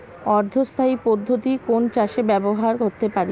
অর্ধ স্থায়ী পদ্ধতি কোন চাষে ব্যবহার করতে পারি?